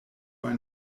ein